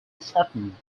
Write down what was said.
thornton